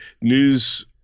news